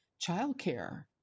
childcare